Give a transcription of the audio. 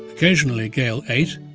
occasionally gale eight.